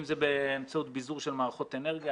אם זה באמצעות ביזור של מערכות אנרגיה,